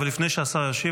לפני שהשר ישיב,